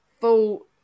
full